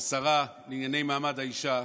לשרה לענייני מעמד האישה,